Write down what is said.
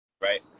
right